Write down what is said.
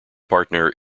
partner